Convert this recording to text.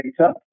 data